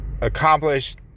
accomplished